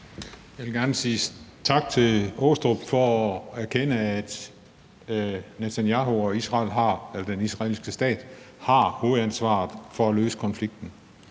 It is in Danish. Jeg vil gerne sige tak til Michael Aastrup Jensen for at erkende, at Netanyahu og den israelske stat har hovedansvaret for at løse konflikten.